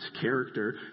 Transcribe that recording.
character